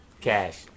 Cash